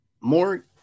more